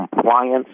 compliance